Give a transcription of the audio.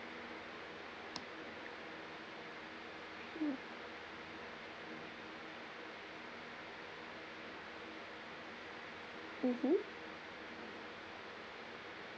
mm mmhmm